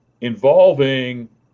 involving